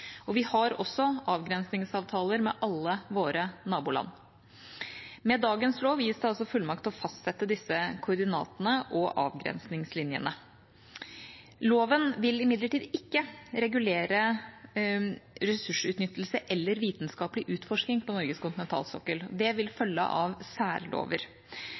Vi har også avgrensningsavtaler med alle våre naboland. Med dagens lov gis det altså fullmakt til å fastsette disse koordinatene og avgrensningslinjene. Loven vil imidlertid ikke regulere ressursutnyttelse eller vitenskapelig utforskning på Norges kontinentalsokkel; det vil følge av særlover.